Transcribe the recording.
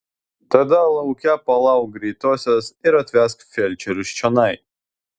tada lauke palauk greitosios ir atvesk felčerius čionai